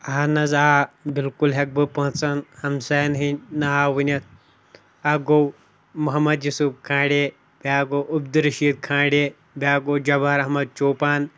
اہن حظ آ بالکل ہٮ۪کہٕ بہٕ پانٛژَن ہمسایَن ہِنٛدۍ ناو ؤنِتھ اَکھ گوٚو محمد یوسُف کھانڈے بیٛاکھ گوٚو عبدل رشیٖد کھانڈے بیٛاکھ گوٚو جَبار احمد چوپان